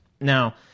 Now